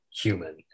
human